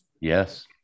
Yes